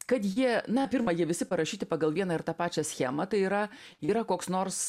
kad jie na pirma jie visi parašyti pagal vieną ir tą pačią schemą tai yra yra koks nors